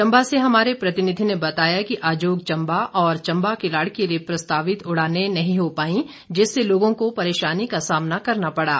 चंबा से हमारे प्रतिनिधि ने बताया कि अजोग चंबा और चंबा किलाड़ के लिए प्रस्तावित उड़ानें नही हो पाई जिससे लोगों को परेशानी का सामना करना पड़ा